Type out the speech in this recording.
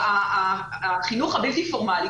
החינוך הבלתי פורמלי,